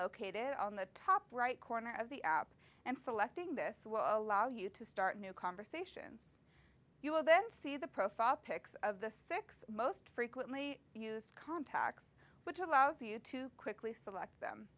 located on the top right corner of the app and selecting this will allow you to start new conversations you will then see the profile pics of the six most frequently used contacts which allows you to quickly select them